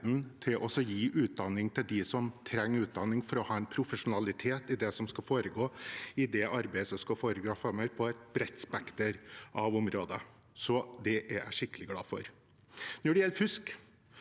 til å gi utdanning til dem som trenger det for å ha en profesjonalitet i arbeidet som skal foregå framover på et bredt spekter av områder. Så det er jeg skikkelig glad for. Når det gjelder fusk,